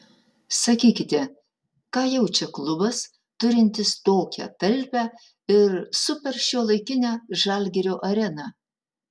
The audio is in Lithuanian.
sakykite ką jaučia klubas turintis tokią talpią ir superšiuolaikinę žalgirio areną